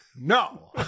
No